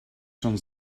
schon